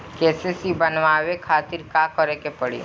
KCC बनवावे खातिर का करे के पड़ी?